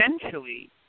Essentially